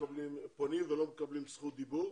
פונים ולא מקבלים זכות דיבור.